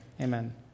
amen